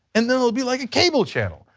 and that it would be like a cable channel.